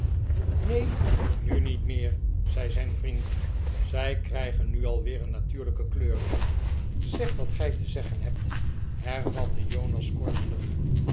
neen nu niet meer zei zijn vriend zij krijgen nu alweer een natuurlijke kleur zeg wat gij te zeggen hebt hervatte jonas korzelig